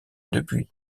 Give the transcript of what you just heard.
depuis